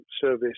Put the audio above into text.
service